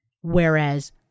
Whereas